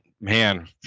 man